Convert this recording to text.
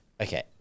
Okay